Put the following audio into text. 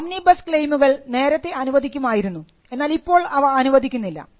omnibus ക്ളെയിമുകൾ നേരത്തെ അനുവദിക്കുമായിരുന്നു എന്നാൽ ഇപ്പോൾ അവ അനുവദിക്കുന്നില്ല